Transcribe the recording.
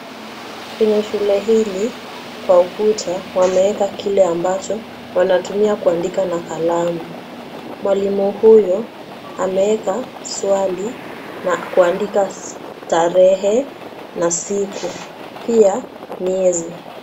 Kwenye shule hili kwa ukuta wameweka kile ambacho wanatumia kuandika na kalamu. Mwalimu huyu ameweka swali na kuandika tarehe na siku pia miezi.